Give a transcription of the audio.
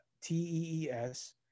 T-E-E-S